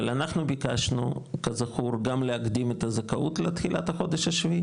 אבל אנחנו ביקשנו כזכור גם להקדים את הזכאות לתחילת החודש ה-7,